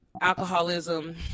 alcoholism